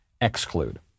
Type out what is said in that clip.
exclude